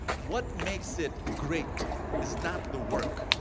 what makes it great is not the work,